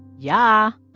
yeah